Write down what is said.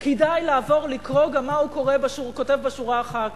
כדאי לעבור לקרוא גם מה הוא כותב בשורה אחר כך,